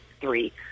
three